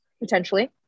potentially